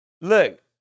Look